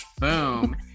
Boom